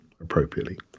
appropriately